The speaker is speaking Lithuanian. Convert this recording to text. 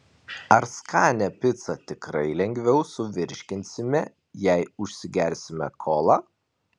ar skanią picą tikrai lengviau suvirškinsime jei užsigersime kola